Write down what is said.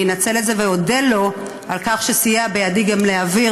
אני אנצל את זה ואודה לו על שסייע בידי גם להעביר